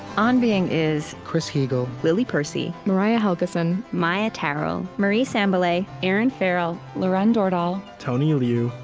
on being is chris heagle, lily percy, mariah helgeson, maia tarrell, marie sambilay, erinn farrell, lauren dordal, tony liu,